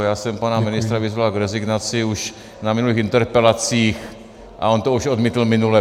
Já jsem pana ministra vyzval k rezignaci už na minulých interpelacích a on to už odmítl minule.